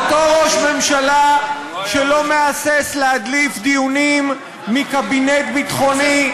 אותו ראש ממשלה שלא מהסס להדליף דיונים מקבינט ביטחוני,